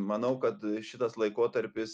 manau kad šitas laikotarpis